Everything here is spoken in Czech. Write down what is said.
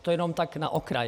To jenom tak na okraj.